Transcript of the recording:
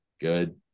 good